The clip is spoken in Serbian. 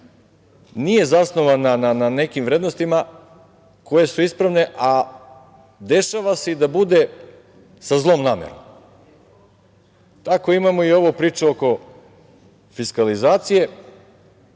nije zasnovan na nekim vrednostima koje su ispravne, a dešava se i da bude sa zlom namerom. Tako imamo i ovu priču oko fiskalizacije.